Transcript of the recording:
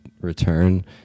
return